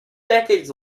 decades